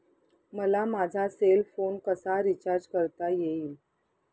मला माझा cell phone कसा रिचार्ज करता येईल?